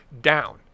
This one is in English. down